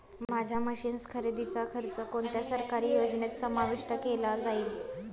माझ्या मशीन्स खरेदीचा खर्च कोणत्या सरकारी योजनेत समाविष्ट केला जाईल?